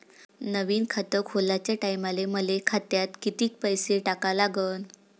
नवीन खात खोलाच्या टायमाले मले खात्यात कितीक पैसे टाका लागन?